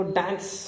dance